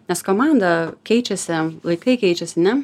nes komanda keičiasi laikai keičiasi ne